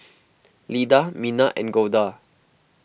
Lida Mina and Golda